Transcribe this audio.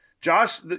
Josh